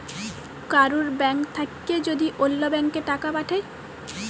কারুর ব্যাঙ্ক থাক্যে যদি ওল্য ব্যাংকে টাকা পাঠায়